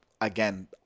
again